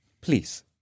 Please